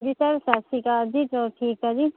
ਜੀ ਸਰ ਸਤਿ ਸ਼੍ਰੀ ਅਕਾਲ ਜੀ ਚਲੋ ਠੀਕ ਆ ਜੀ